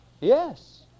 Yes